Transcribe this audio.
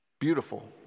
Beautiful